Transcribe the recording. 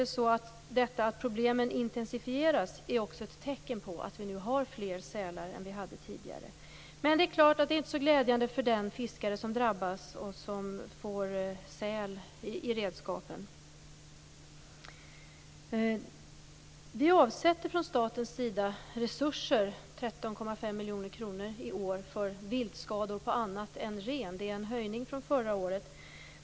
Att problemen intensifieras är naturligtvis också ett tecken på att vi nu har fler sälar än vi hade tidigare. Men det är klart att det inte är så glädjande för den fiskare som drabbas och som får säl i redskapen. Vi avsätter från statens sida resurser för viltskador på annat än ren. I år är det 13,5 miljoner kronor. Det är en höjning från förra året.